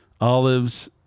Olives